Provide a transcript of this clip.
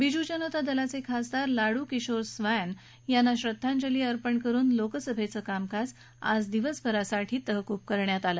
बीजू जनता दलाचे खासदार लाडू किशोर स्वैन यांना श्रद्धांजली अर्पण करुन लोकसभेचं कामकाज आज दिवसभरासाठी तहकूब करण्यात आलं